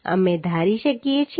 અમે ધારી શકીએ છીએ